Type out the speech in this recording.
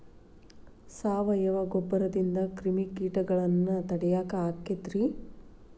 ಸಾವಯವ ಗೊಬ್ಬರದಿಂದ ಕ್ರಿಮಿಕೇಟಗೊಳ್ನ ತಡಿಯಾಕ ಆಕ್ಕೆತಿ ರೇ?